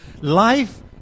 life